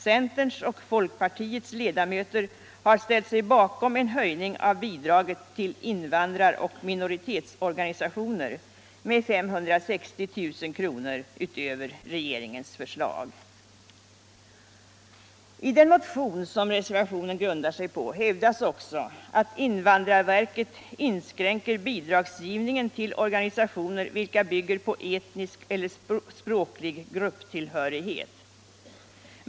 Centerns och folkpartiets ledamöter har ställt sig bakom en höjning av bidraget till invandrar och minoritetsorganisationer med 560 000 kr. utöver regeringens förslag. I den motion som reservationen grundar sig på hävdas också att invandrarverket inskränker bidragsgivningen till organisationer vilka bygger på etnisk eller språklig grupptillhörighet.